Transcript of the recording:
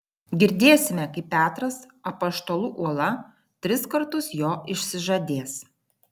girdėsime kaip petras apaštalų uola tris kartus jo išsižadės